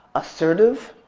assertive,